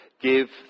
give